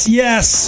yes